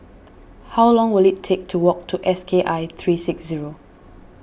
how long will it take to walk to S K I three six zero